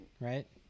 right